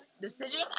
decision